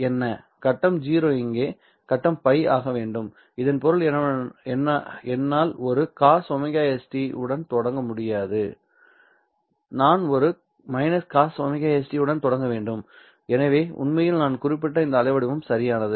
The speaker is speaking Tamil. கட்டம் 0 இங்கே கட்டம் π ஆக வேண்டும் இதன் பொருள் என்னால் ஒரு cosωs t உடன் தொடங்க முடியாது நான் ஒரு cosωs t உடன் தொடங்க வேண்டும் எனவே உண்மையில் நான் குறிப்பிட்ட இந்த அலைவடிவம் சரியானது